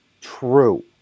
true